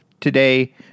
today